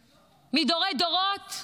מדורי-דורות,